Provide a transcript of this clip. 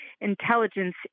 intelligence